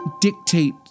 dictate